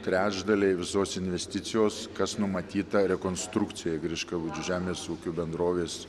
trečdaliai visos investicijos kas numatyta rekonstrukcijai griškabūdžio žemės ūkio bendrovės